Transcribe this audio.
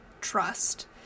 trust